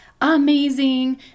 amazing